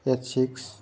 eight six